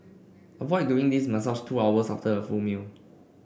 avoid doing this massage two hours after a full meal